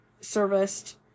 serviced